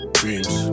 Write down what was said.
dreams